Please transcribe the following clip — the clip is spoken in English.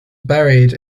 buried